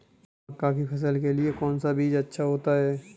मक्का की फसल के लिए कौन सा बीज अच्छा होता है?